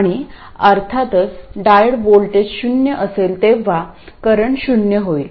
आणि अर्थातच diode voltage शून्य असेल तेव्हा करंट शून्य होईल